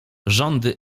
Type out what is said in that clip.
rządy